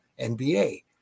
NBA